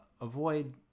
avoid